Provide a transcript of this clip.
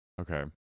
Okay